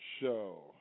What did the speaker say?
show